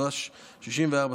הספנות (ימאים),